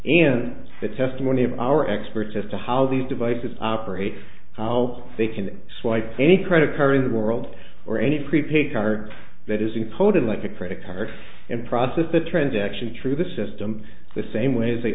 in the testimony of our experts as to how these devices operate how they can swipe any credit card in the world or any prepaid card that is imposed like a credit card and process the transaction through the system the same way as they